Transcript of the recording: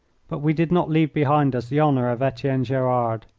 but we did not leave behind us the honour of etienne gerard.